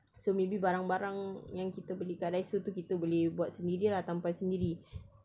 so maybe barang-barang yang kita beli kat daiso tu kita boleh buat sendiri lah tampal sendiri